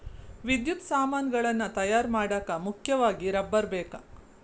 ವಿದ್ಯುತ್ ಸಾಮಾನುಗಳನ್ನ ತಯಾರ ಮಾಡಾಕ ಮುಖ್ಯವಾಗಿ ರಬ್ಬರ ಬೇಕ